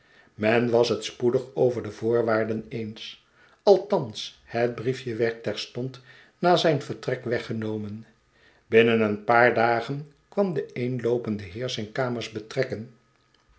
men was het spoedig over de voorwaarden eens althans het briefje werd terstond na zijn vertrek weggenomen binnen een paar dagen kwam de eenloopende heer zijn kamers betrekken